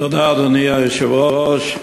אדוני היושב-ראש,